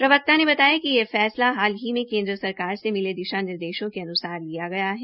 प्रवक्ता ने बताया कि यह फैसला हाल ही में केन्द्र सरकार से मिले दिशा निर्देशों के अनुसार लिया गया है